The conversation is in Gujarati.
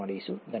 ત્યારે મળીશું